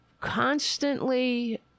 constantly